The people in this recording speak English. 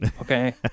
Okay